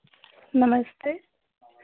नमस्ते